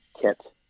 kit